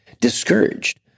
discouraged